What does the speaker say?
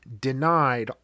denied